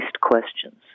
questions